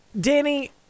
danny